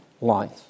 life